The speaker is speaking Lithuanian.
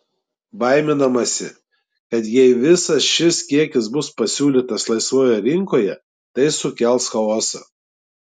baiminamasi kad jei visas šis kiekis bus pasiūlytas laisvoje rinkoje tai sukels chaosą